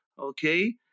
Okay